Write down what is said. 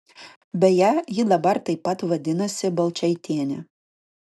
beje ji dabar taip pat vadinasi balčaitiene